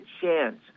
chance